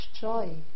joy